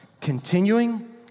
continuing